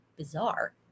bizarre